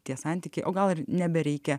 tie santykiai o gal nebereikia